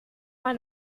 mal